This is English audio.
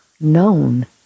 known